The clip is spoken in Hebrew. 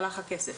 הלך הכסף,